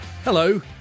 Hello